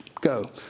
Go